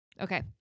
Okay